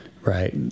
Right